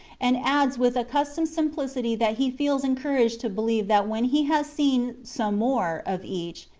and adds with accustomed simplicity that he feels encouraged to believe that when he has seen some more of each,